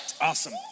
Awesome